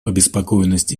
обеспокоенность